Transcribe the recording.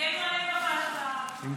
שיגנו עליהם בפרלמנט הפלסטיני, לא